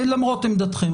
למרות עמדתכם.